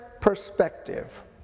perspective